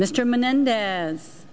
mr menendez